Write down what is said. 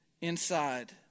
inside